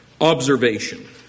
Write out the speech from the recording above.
observation